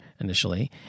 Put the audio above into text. initially